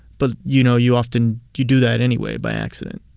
but you know, you often you do that anyway by accident.